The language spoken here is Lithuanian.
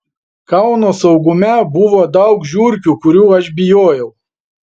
kauno saugume buvo daug žiurkių kurių aš bijojau